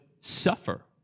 suffer